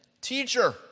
teacher